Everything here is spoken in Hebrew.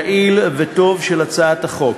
היעיל והטוב של הצעת החוק.